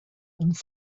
and